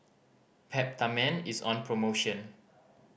Peptamen is on promotion